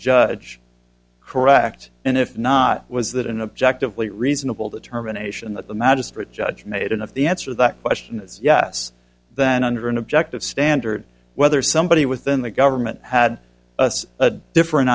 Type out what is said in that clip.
judge correct and if not was that an objective what reasonable determination that the magistrate judge made and of the answer that question is yes then under an objective standard whether somebody within the government had us a different